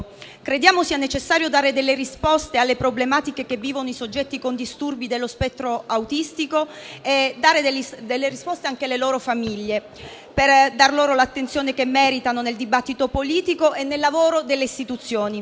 Crediamo sia necessario dare delle risposte alle problematiche che vivono i soggetti con disturbi dello spettro autistico e dare risposte anche alle loro famiglie, per dar loro l'attenzione che meritano nel dibattito politico e nel lavoro delle istituzioni.